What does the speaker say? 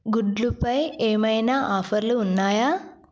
గుడ్లుపై ఏమైనా ఆఫర్లు ఉన్నాయా